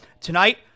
tonight